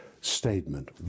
statement